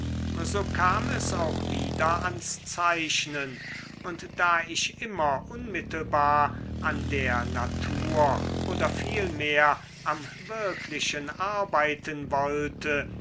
so kam es auch wieder ans zeichnen und da ich immer unmittelbar an der natur oder vielmehr am wirklichen arbeiten wollte